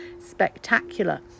spectacular